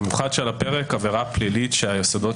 במיוחד כשעל הפרק עבירה פלילית שהיסודות